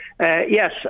yes